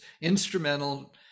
instrumental